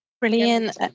Brilliant